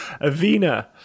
Avena